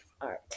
art